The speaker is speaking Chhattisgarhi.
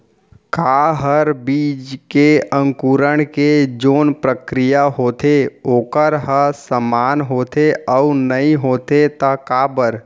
का हर बीज के अंकुरण के जोन प्रक्रिया होथे वोकर ह समान होथे, अऊ नहीं होथे ता काबर?